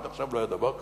עד עכשיו לא היה דבר כזה?